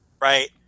right